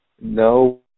No